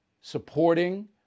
supporting